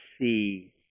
see